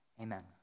amen